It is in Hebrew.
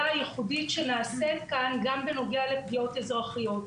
הייחודית שנעשית כאן גם בנוגע לפגיעות אזרחיות.